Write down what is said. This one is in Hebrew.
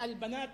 בהלבנת